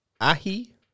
ahi